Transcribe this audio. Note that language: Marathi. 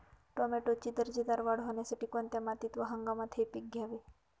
टोमॅटोची दर्जेदार वाढ होण्यासाठी कोणत्या मातीत व हंगामात हे पीक घ्यावे?